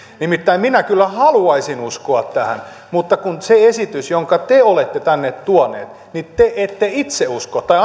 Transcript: nimittäin minä kyllä haluaisin uskoa tähän mutta kun se esitys jonka te olette tänne tuonut niin te ette itse usko tai